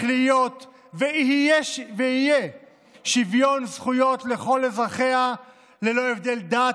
להיות ויהיה שוויון זכויות לכל אזרחיה ללא הבדל דת,